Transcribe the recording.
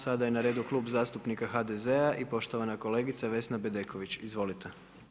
Sada je na redu Klub zastupnika HDZ-a i poštovana kolegica Vesna Bedeković, izvolite.